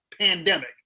pandemic